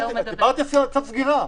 דיברתי על צווי סגירה.